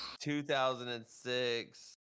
2006